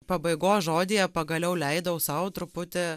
pabaigos žodyje pagaliau leidau sau truputį